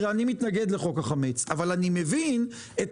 אני מתנגד לחוק החמץ אבל אני מבין את